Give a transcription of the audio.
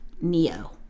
Neo